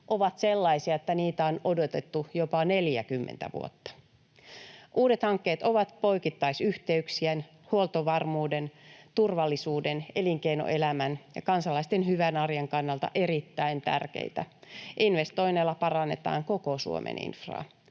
ovat sellaisia, että niitä on odotettu jopa 40 vuotta. Uudet hankkeet ovat poikittaisyhteyksien, huoltovarmuuden, turvallisuuden, elinkeinoelämän ja kansalaisten hyvän arjen kannalta erittäin tärkeitä. Investoinneilla parannetaan koko Suomen infraa.